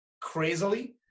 crazily